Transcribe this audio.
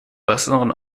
besseren